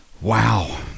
wow